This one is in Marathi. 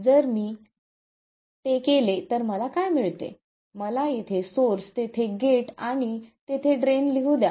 जर मी ते केले तर मला काय मिळते मला येथे सोर्स तेथे गेट आणि तेथे ड्रेन लिहू द्या